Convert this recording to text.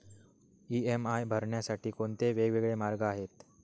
EMI भरण्यासाठी कोणते वेगवेगळे मार्ग आहेत?